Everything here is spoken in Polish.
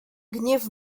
gniew